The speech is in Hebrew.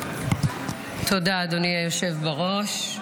תודה, אדוני היושב בראש.